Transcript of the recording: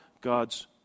God's